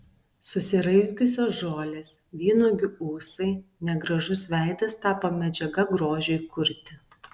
susiraizgiusios žolės vynuogių ūsai negražus veidas tapo medžiaga grožiui kurti